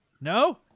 No